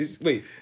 Wait